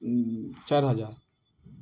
चारि हजार